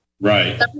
Right